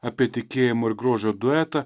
apie tikėjimo ir grožio duetą